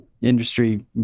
industry